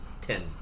Ten